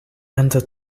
under